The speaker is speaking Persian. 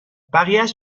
بقیهاش